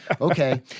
Okay